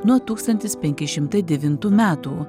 nuo tūkstantis penki šimtai devintų metų